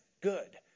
good